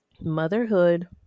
Motherhood